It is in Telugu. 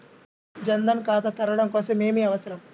జన్ ధన్ ఖాతా తెరవడం కోసం ఏమి అవసరం?